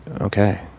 okay